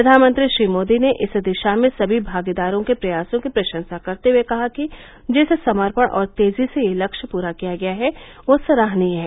प्रधानमंत्री श्री मोदी ने इस दिशा में समी भागीदारों के प्रयासों की प्रशंसा करते हुए कहा कि जिस समर्पण और तेजी से यह लक्ष्य पूरा किया गया है वह सराहनीय है